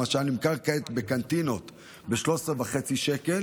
למשל, נמכר כעת בקנטינות ב-13.5 שקלים,